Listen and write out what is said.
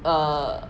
err